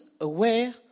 aware